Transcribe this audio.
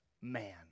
man